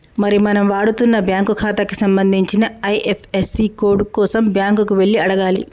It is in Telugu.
మరి మనం వాడుతున్న బ్యాంకు ఖాతాకి సంబంధించిన ఐ.ఎఫ్.యస్.సి కోడ్ కోసం బ్యాంకు కి వెళ్లి అడగాలి